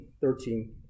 thirteen